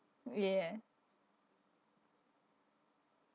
ya